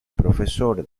profesor